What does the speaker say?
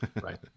right